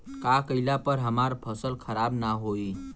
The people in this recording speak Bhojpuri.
का कइला पर हमार फसल खराब ना होयी?